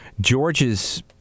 George's